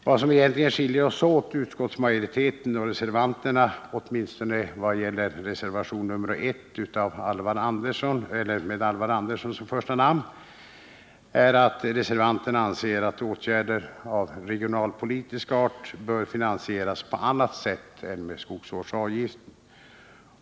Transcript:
Vad som skiljer utskottsmajoriteten och reservanterna åt åtminstone vad gäller reservation nr I med Alvar Andersson som första namn -— är att reservanterna anser att åtgärder av regionalpolitisk art bör finansieras på annat sätt än med skogsvårdsavgiften.